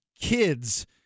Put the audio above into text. kids